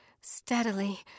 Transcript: steadily